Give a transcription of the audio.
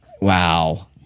Wow